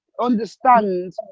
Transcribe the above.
understand